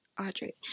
audrey